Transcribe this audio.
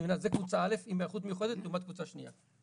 קבוצה א' של היערכות מיוחדת לעומת קבוצה שנייה.